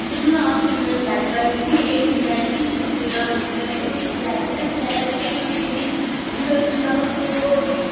सुन्नु न अस्ति मैले फ्ल्याट लगेको थिएँ नि एकदिन लाएँ कि चुट्टिएर चुट्टिएर फेरि सिलाएँ होइन सिलाएर फेरि चुट्टिने यो जुत्ता कस्तो